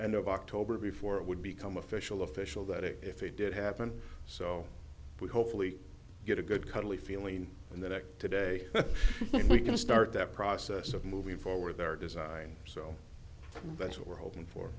of october before it would become official official that it if it did happen so we hopefully get a good cuddly feeling in the neck today we can start that process of moving forward their design so that's what we're hoping for